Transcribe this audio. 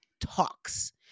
talks